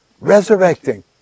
resurrecting